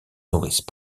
nourrissent